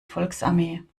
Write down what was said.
volksarmee